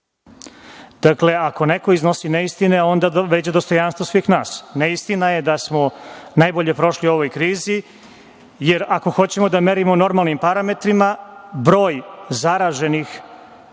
Dakle, ako neko iznosi neistine, onda vređa dostojanstvo svih nas. Neistina je da smo najbolje prošli u ovoj krizi, jer ako hoćemo da merimo normalnim parametrima broj zaraženih